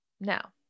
now